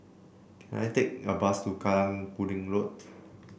can I take a bus to Kallang Pudding Road